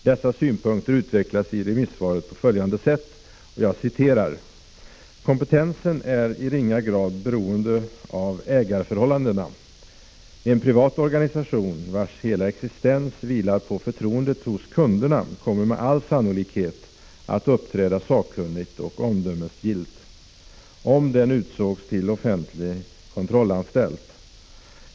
Dessa synpunkter utvecklas i remissvaret på följande sätt: ”Kompetensen är i ringa grad beroende av ägarförhållandena. En privat organisation vars hela existens vilar på förtroendet hos kunderna kommer med all sannolikhet att uppträda sakkunnigt och omdömesgillt, om den utsågs till offentlig kontrollanstalt.